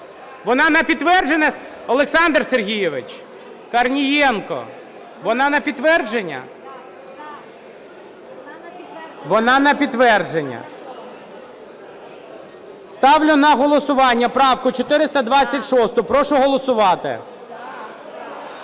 Вона на підтвердження? Олександр Сергійович Корнієнко! Вона на підтвердження? Вона на підтвердження. Ставлю на голосування правку 426. Прошу голосувати.